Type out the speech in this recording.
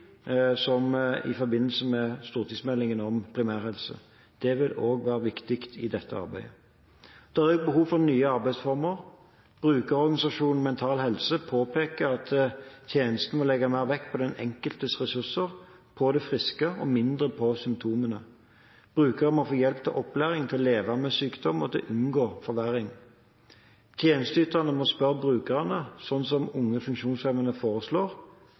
ungdomshelsestrategi i forbindelse med stortingsmeldingen om primærhelse. Det vil også være viktig i dette arbeidet. Det er også behov for nye arbeidsformer. Brukerorganisasjonen Mental Helse påpeker at tjenestene må legge mer vekt på den enkeltes ressurser – på det friske og mindre på symptomer. Brukerne må få hjelp og opplæring til å leve med sykdom og til å unngå forverring. Tjenesteyterne må spørre brukerne, slik Unge funksjonshemmede foreslår: